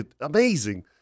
amazing